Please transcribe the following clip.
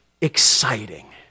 exciting